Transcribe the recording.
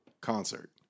concert